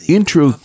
Intro